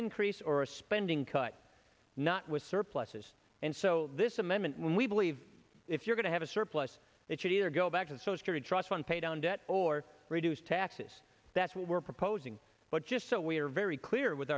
increase or a spending cut not with surpluses and so this amendment when we believe if you're going to have a surplus it should either go back to so if you're a trust fund pay down debt or reduce taxes that's what we're proposing but just so we're very clear with